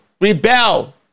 rebel